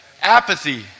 Apathy